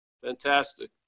Fantastic